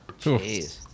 Jeez